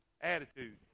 Attitude